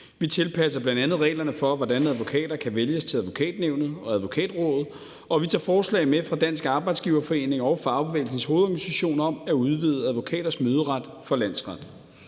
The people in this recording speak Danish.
Vi tilpasser bl.a. reglerne for, hvordan advokater kan vælges til Advokatnævnet og Advokatrådet, og vi tager forslag med fra Dansk Arbejdsgiverforening og Fagbevægelsens Hovedorganisation om at udvide advokaters møderet for landsretterne.